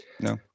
No